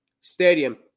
Stadium